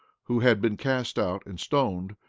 who had been cast out and stoned,